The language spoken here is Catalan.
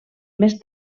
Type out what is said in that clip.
més